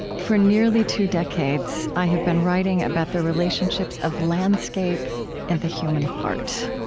for nearly two decades, i have been writing about the relationships of landscape and the human heart.